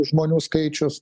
žmonių skaičius